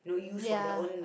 ya